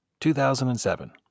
2007